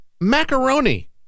macaroni